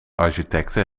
architecte